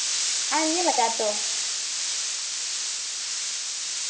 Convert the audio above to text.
ᱟᱢᱮᱢ ᱧᱮᱞᱟᱠᱟᱜᱼᱟ ᱛᱚ